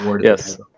yes